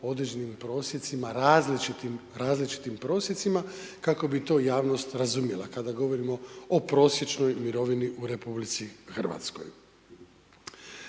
određenim prosjecima različitim prosjecima kako bi to javnost razumjela, kada govorimo o prosječnoj mirovini u RH.